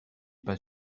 pas